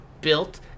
built